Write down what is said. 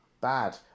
bad